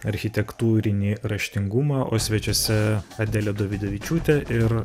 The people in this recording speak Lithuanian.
architektūrinį raštingumą o svečiuose adelė dovydavičiūtė ir